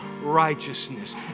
righteousness